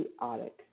chaotic